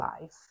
life